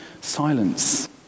silence